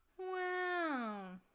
Wow